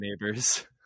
neighbors